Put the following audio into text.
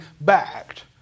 backed